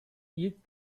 i̇lk